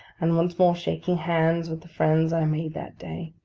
and once more shaking hands with the friends i made that day.